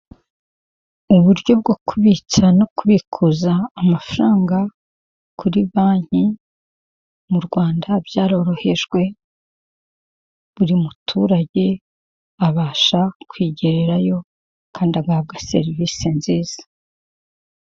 Uburyo bwo kubitsa no kubikuza amafaranga kuri banki mu Rwanda byarorohejwe, buri muturage abasha kwigererayo, kandi agahabwa serivise nziza.